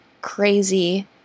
crazy